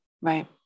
Right